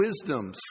wisdom